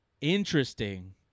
Interesting